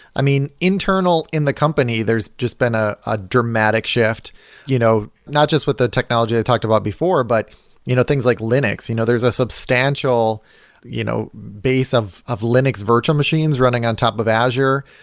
i mean internal in the company, there's just been ah a dramatic shift you know not just with the technology i talked about before, but you know things like linux. you know there's a substantial you know base of of linux virtual machines running on top of azure.